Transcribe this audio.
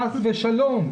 חס ושלום.